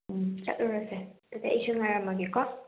ꯎꯝ ꯆꯠꯂꯨꯔꯁꯦ ꯑꯗꯨꯗꯤ ꯑꯩ ꯁꯤꯗ ꯉꯥꯏꯔꯝꯃꯒꯦꯀꯣ